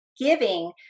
giving